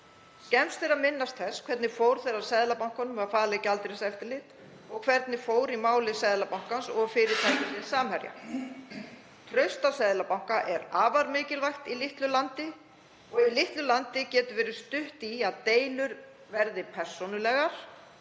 Skemmst er að minnast þess hvernig fór þegar Seðlabankanum var falið gjaldeyriseftirlit og hvernig fór í máli Seðlabankans og fyrirtækisins Samherja. Traust á seðlabanka er afar mikilvægt í litlu landi. Í litlu landi getur verið stutt í að deilur verði persónulegar